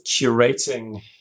curating